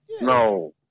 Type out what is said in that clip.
No